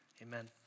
Amen